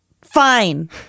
Fine